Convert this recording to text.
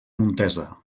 montesa